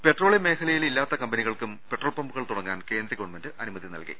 petroleum മേഖലയിൽ ഇല്ലാത്ത കമ്പനികൾക്കും പെട്രോൾ പമ്പുകൾ തുടങ്ങാൻ കേന്ദ്രഗവൺമെന്റ് അനുമതി നൽകി